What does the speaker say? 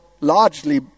largely